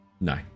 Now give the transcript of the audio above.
No